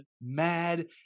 mad